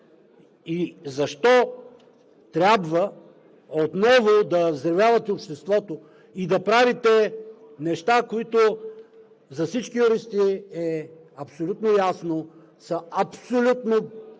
И защо трябва отново да взривявате обществото и да правите неща, които за всички юристи е абсолютно ясно, че са абсолютно противоправни?!